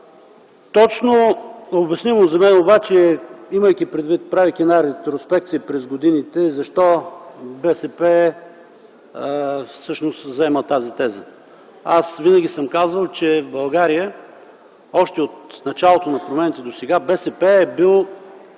хора. Обяснимо за мен обаче, правейки ретроспекция през годините, е защо БСП всъщност заема тази теза. Аз винаги съм казвал, че в България още от началото на промените досега БСП е била